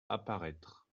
apparaître